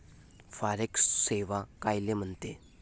Forex सेवा कायले म्हनते?